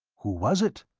who was it?